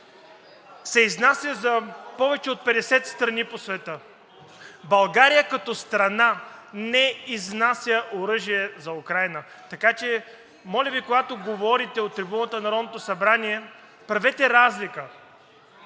се изнася за повече от 50 страни по света, България като страна не изнася оръжие за Украйна. Така че, моля Ви, когато говорите от трибуната на